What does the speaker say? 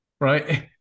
right